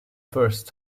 first